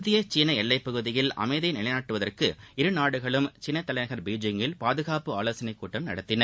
இந்திய சீனஎல்லைப்பகுதியில்அமைதியைநிலைநாட்டுவதற்குஇருநாடுகளும்சீனத்தலைநகர்பீஜிங்கில்பாதுகாப்பு ஆலோசனைக்கூட்டம்நடத்தின